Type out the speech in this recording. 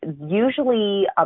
usually